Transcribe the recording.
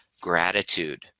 gratitude